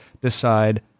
decide